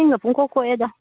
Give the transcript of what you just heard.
ꯆꯤꯡꯒ ꯄꯨꯡꯀꯣꯛ ꯀꯣꯛꯑꯦꯗ